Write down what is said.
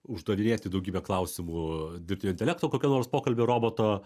uždavinėti daugybę klausimų dirbtinio intelekto kokia nors pokalbių roboto